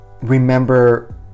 remember